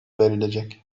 verilecek